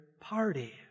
party